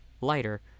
Lighter